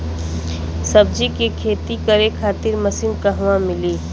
सब्जी के खेती करे खातिर मशीन कहवा मिली?